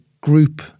group